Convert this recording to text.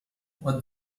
what